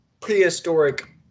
prehistoric